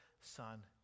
Son